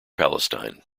palestine